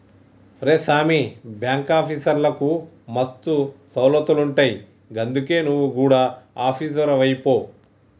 ఒరే సామీ, బాంకాఫీసర్లకు మస్తు సౌలతులుంటయ్ గందుకే నువు గుడ ఆపీసరువైపో